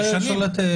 זה שנים.